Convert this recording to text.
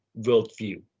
worldview